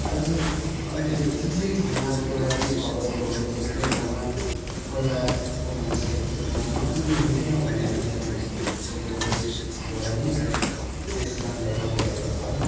अहिले अहिले जुन चाहिँ ठाउँमा एउटा केही खबर पुऱ्याउनु थियो त्यो ठाउँमा पहिलाको मानिसहरू त्यो ठाउँमा नपुगी हुने थिएन भने अहिलेको मानिसहरू सेलफोनद्वारा नै त्यस कामलाई गरिरहेको छ है